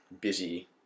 busy